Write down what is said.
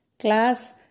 Class